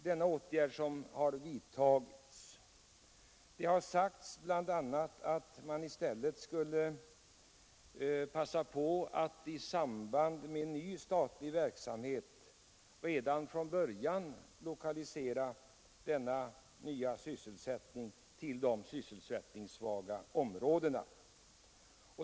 Det har sagts att man i stället skulle passa på att i samband med skapandet av ny statlig verksamhet lokalisera denna till de sysselsättningssvaga områdena.